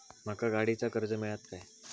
माका गाडीचा कर्ज मिळात काय?